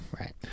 Right